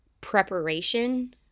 preparation